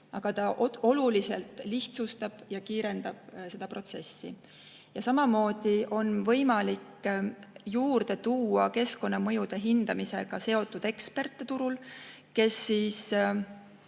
See oluliselt lihtsustab ja kiirendab seda protsessi. Samuti on võimalik juurde tuua keskkonnamõjude hindamisega seotud eksperte, kellest